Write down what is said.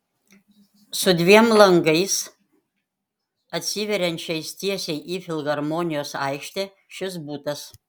su dviem langais atsiveriančiais tiesiai į filharmonijos aikštę šis butas